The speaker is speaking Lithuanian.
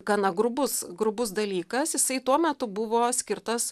gana grubus grubus dalykas jisai tuo metu buvo skirtas